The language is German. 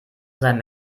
sein